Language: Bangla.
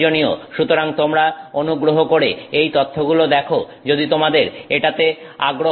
সুতরাং তোমরা অনুগ্রহ করে এই তথ্যগুলো দেখো যদি তোমাদের এটাতে আগ্রহ থাকে